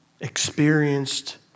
experienced